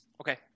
Okay